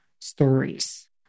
stories